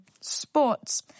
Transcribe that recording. Sports